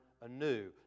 anew